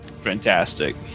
Fantastic